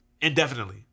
indefinitely